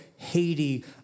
Haiti